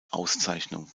auszeichnung